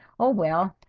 oh well,